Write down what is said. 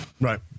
Right